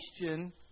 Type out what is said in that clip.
question